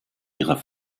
ihrer